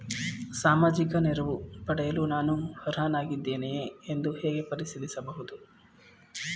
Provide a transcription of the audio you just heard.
ಸಾಮಾಜಿಕ ನೆರವು ಪಡೆಯಲು ನಾನು ಅರ್ಹನಾಗಿದ್ದೇನೆಯೇ ಎಂದು ಹೇಗೆ ಪರಿಶೀಲಿಸಬಹುದು?